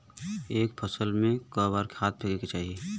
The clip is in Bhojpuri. एक फसल में क बार खाद फेके के चाही?